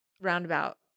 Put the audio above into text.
roundabout